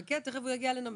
חכה, תיכף הוא יגיע לנמק.